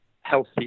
healthy